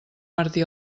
martí